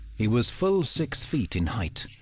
he was full six feet in height,